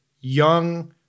young